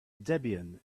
debian